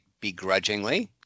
begrudgingly